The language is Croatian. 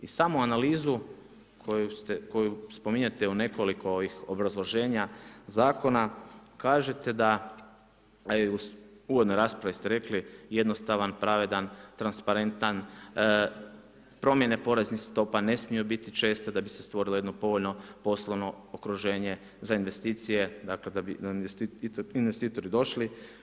I samo analizu koju spominjete u nekoliko ovih obrazloženja Zakona kažete da, a i u uvodnoj raspravi ste rekli, jednostavan, pravedan, transparentan, promjene poreznih stopa ne smiju biti česte da bi se stvorilo jedno povoljno poslovno okruženje za investicije, dakle da bi investitori došli.